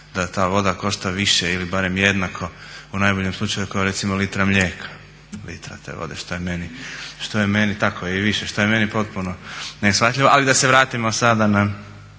da ta voda košta više ili barem jednako u najboljem slučaju kao recimo litra mlijeka, litra te vode, i više, što je meni potpuno neshvatljivo. Ali da se vratimo sada na